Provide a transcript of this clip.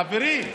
חברים,